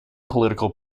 political